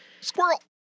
Squirrel